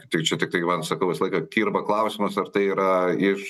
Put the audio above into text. tai čia tikrai man sakau visą laiką kirba klausimas ar tai yra iš